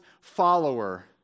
follower